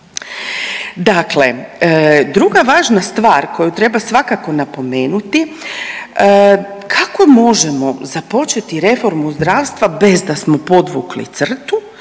Dakle, druga važna stvar koju treba svakako napomenuti kako možemo započeti reformu zdravstva bez da smo podvukli crtu,